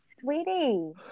sweetie